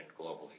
globally